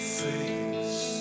face